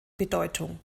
bedeutung